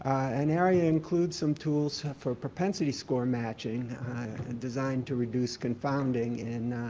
and aria includes some tools have for propensity score matching designed to reduce confounding and